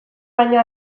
baino